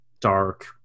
Dark